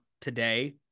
today